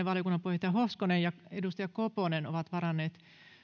valiokunnan puheenjohtaja hoskonen ja edustaja koponen ovat varanneet